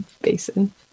basin